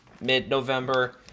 mid-November